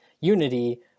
unity